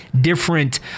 different